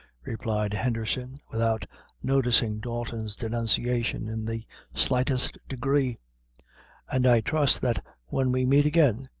replied henderson, without noticing dalton's denunciation in the slightest degree and, i trust that when we meet again,